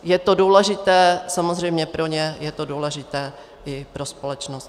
Je to důležité samozřejmě jak pro ně, je do důležité i pro společnost.